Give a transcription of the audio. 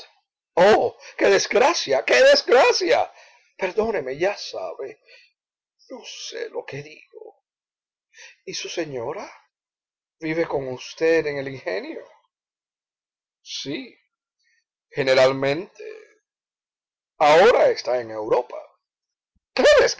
oh qué desgracia qué desgracia perdóneme ya sabe no sé lo que digo y su señora vive con usted en el ingenio sí generalmente ahora está en europa